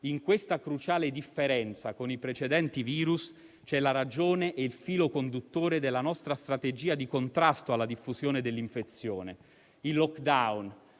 In questa cruciale differenza con i precedenti virus c'è la ragione e il filo conduttore della nostra strategia di contrasto alla diffusione dell'infezione. Il *lockdown*,